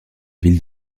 ville